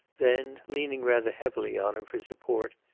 then, leaning rather heavily on him for support,